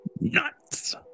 nuts